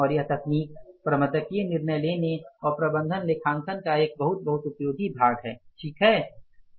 और यह तकनीक प्रबंधकीय निर्णय लेने और प्रबंधन लेखांकन का एक बहुत बहुत उपयोगी भाग है ठीक है